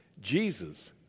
Jesus